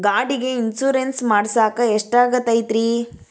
ಗಾಡಿಗೆ ಇನ್ಶೂರೆನ್ಸ್ ಮಾಡಸಾಕ ಎಷ್ಟಾಗತೈತ್ರಿ?